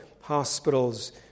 hospitals